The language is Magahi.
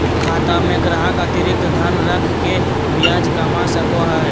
खाता में ग्राहक अतिरिक्त धन रख के ब्याज कमा सको हइ